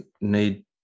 need